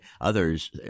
Others